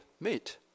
meet